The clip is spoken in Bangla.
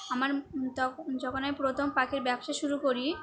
আমার তখন যখন আমি প্রথম পাখির ব্যবসা শুরু করি